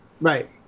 Right